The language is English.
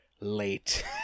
late